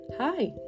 Hi